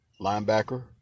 Linebacker